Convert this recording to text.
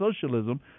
socialism